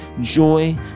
joy